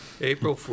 April